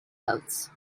boats